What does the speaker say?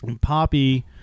Poppy